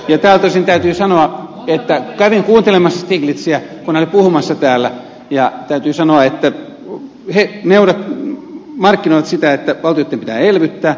tältä osin täytyy sanoa että kävin kuuntelemassa stiglitziä kun hän oli puhumassa täällä ja täytyy sanoa että he markkinoivat sitä että valtioitten pitää elvyttää